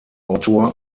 autor